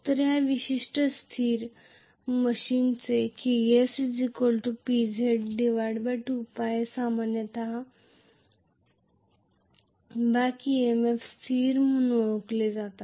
तर या विशिष्ट स्थिर मशीनचे Ks PZ 2πa सामान्यत बॅक EMF स्थिर म्हणून ओळखले जातात